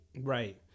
Right